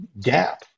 gap